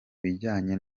bijyanye